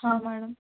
madam